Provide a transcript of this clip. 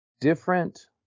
different